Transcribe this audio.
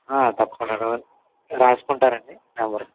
తప్పకుండా రు రాసుకుంటారా అండి నంబరు